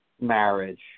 marriage